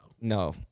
No